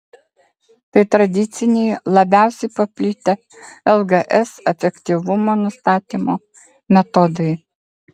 tai tradiciniai labiausiai paplitę lgs efektyvumo nustatymo metodai